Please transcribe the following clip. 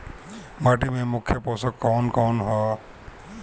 माटी में मुख्य पोषक कवन कवन ह?